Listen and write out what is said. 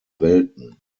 welten